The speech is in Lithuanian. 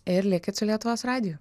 ir likit su lietuvos radiju